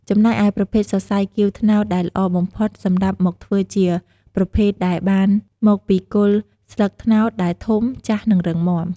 ចំណែកឯប្រភេទសរសៃគាវត្នោតដែលល្អបំផុតសម្រាប់មកធ្វើជាប្រភេទដែលបានមកពីគល់ស្លឹកត្នោតដែលធំ ចាស់ និងរឹងមាំ។